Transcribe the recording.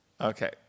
Okay